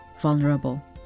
Vulnerable